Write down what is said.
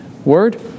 word